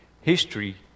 History